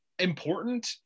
important